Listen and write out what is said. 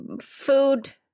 food